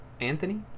Anthony